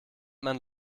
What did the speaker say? man